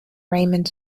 raymond